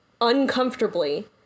uncomfortably